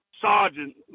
sergeant